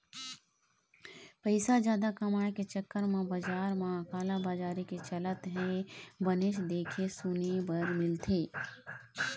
पइसा जादा कमाए के चक्कर म बजार म कालाबजारी के चलन ह बनेच देखे सुने बर मिलथे